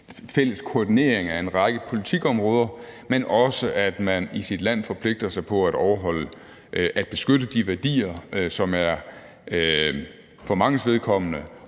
fælles koordinering af en række politikområder, men også at man i sit land forpligter sig til at beskytte de værdier, som for manges vedkommende